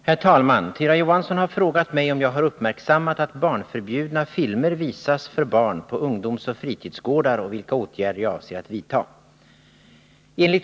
Herr talman! Tyra Johansson har frågat mig om jag har uppmärksammat att barnförbjudna filmer visas för barn på ungdomsoch fritidsgårdar och vilka åtgärder jag avser att vidta.